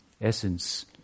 essence